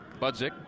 Budzik